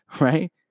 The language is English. right